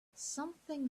something